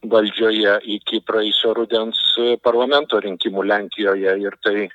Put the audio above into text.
valdžioje iki praėjusio rudens parlamento rinkimų lenkijoje ir tai